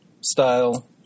style